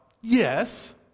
yes